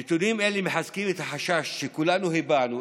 נתונים אלה מחזקים את החשש שכולנו הבענו,